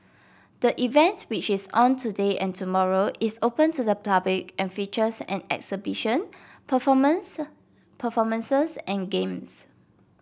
the event which is on today and tomorrow is open to the public and features an exhibition performance performances and games